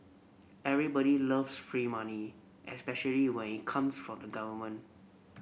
everybody loves free money especially when it comes from the government